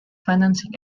financing